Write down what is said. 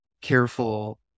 careful